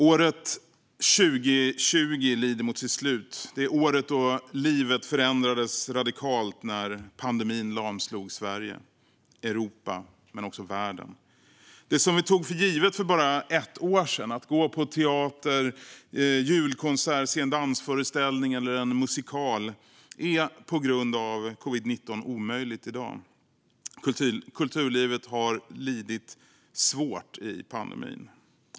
År 2020 lider mot sitt slut, det år då livet förändrades radikalt när pandemin lamslog Sverige, Europa och världen. Det som vi tog för givet för bara ett år sedan - att gå på teater och julkonsert, se en dansföreställning eller en musikal - är på grund av covid-19 omöjligt i dag. Kulturlivet har lidit svårt i pandemin.